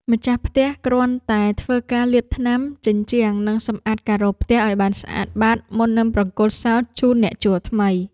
ម្ចាស់ផ្ទះគ្រាន់តែធ្វើការលាបថ្នាំជញ្ជាំងនិងសម្អាតការ៉ូផ្ទះឱ្យបានស្អាតបាតមុននឹងប្រគល់សោជូនអ្នកជួលថ្មី។